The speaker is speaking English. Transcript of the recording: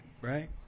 right